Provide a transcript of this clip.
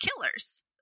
killers